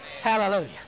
Hallelujah